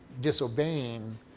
disobeying